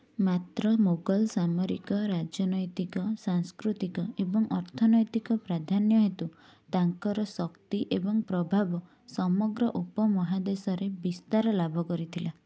ମାତ୍ର ମୋଗଲ ସାମରିକ ରାଜନୈତିକ ସାଂସ୍କୃତିକ ଏବଂ ଅର୍ଥନୈତିକ ପ୍ରାଧାନ୍ୟ ହେତୁ ତାଙ୍କର ଶକ୍ତି ଏବଂ ପ୍ରଭାବ ସମଗ୍ର ଉପମହାଦେଶରେ ବିସ୍ତାର ଲାଭ କରିଥିଲା